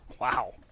Wow